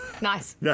Nice